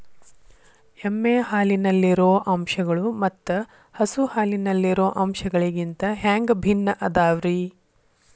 ಎಮ್ಮೆ ಹಾಲಿನಲ್ಲಿರೋ ಅಂಶಗಳು ಮತ್ತ ಹಸು ಹಾಲಿನಲ್ಲಿರೋ ಅಂಶಗಳಿಗಿಂತ ಹ್ಯಾಂಗ ಭಿನ್ನ ಅದಾವ್ರಿ?